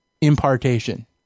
impartation